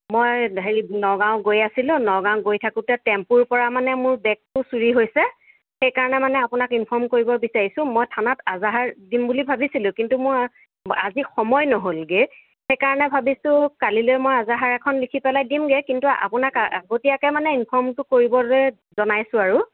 মই হেৰিত নগাওঁ গৈ আছিলোঁ নগাওঁ গৈ থাকোঁতে টেম্পুৰ পৰা মানে মোৰ বেগটো চুৰি হৈছে সেইকাৰণে মানে আপোনাক ইনফৰ্ম কৰিব বিচাৰিছোঁ মই থানাত আজাহাৰ দিম বুলি ভাবিছিলোঁ কিন্তু মোৰ আজি সময় নহলগৈ সেই কাৰণে ভাবিছোঁ কালিলৈ মই এজাহাৰ এখন লিখি পেলাই দিমগৈ কিন্তু আপোনাক আগতীয়াকৈ মানে ইনৰ্ফমটো কৰিবলৈ জনাইছোঁ আৰু